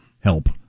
help